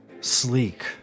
Sleek